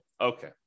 Okay